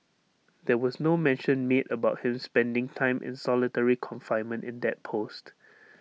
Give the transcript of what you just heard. there was no mention made about him spending time in solitary confinement in that post